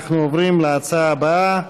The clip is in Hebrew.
אנחנו עוברים להצעה הבאה: